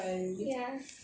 oh really